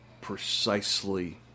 Precisely